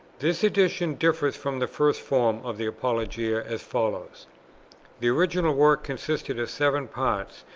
this edition differs from the first form of the apologia as follows the original work consisted of seven parts,